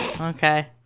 Okay